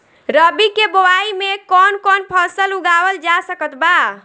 रबी के बोआई मे कौन कौन फसल उगावल जा सकत बा?